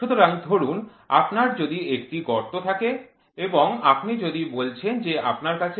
সুতরাং ধরুন আপনার যদি একটি গর্ত থাকে এবং আপনি যদি বলছেন যে আপনার কাছে একটি GO gauge আছে